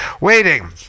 Waiting